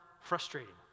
frustrating